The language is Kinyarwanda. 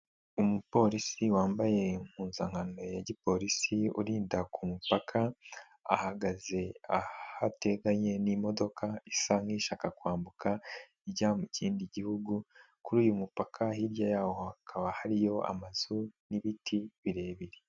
Umupolisi wambaye impuzankano ya gipolisi urinda ku mupaka, ahagaze aho ateganye n'imodoka isa nk'ishaka kwambuka, ijya mu kindi gihugu, kuri uyu mupaka hirya yaho hakaba hariyo amazu n'ibiti birebire.